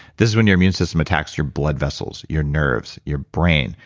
this is when your immune system attacks your blood vessels, your nerves, your brain,